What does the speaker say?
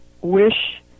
wish